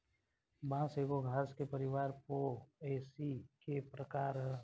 बांस एगो घास के परिवार पोएसी के प्रकार ह